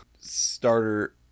Starter